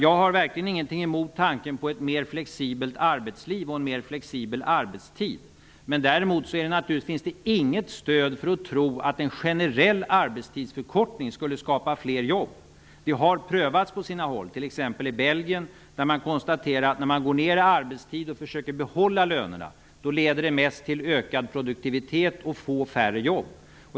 Jag har verkligen ingenting emot tanken på ett mer flexibelt arbetsliv och en mer flexibel arbetstid, men det finns inget stöd för att tro att en generell arbetstidsförkortning skulle skapa fler jobb. Det har prövats på sina håll, t.ex. i Belgien. Där konstaterade man att det, när man går ner i arbetstid och försöker behålla lönerna, mest leder till ökad produktivitet och få nya jobb.